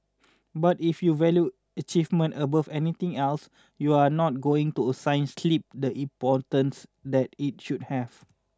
but if you value achievement above everything else you're not going to assign sleep the importance that it should have